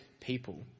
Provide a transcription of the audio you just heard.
people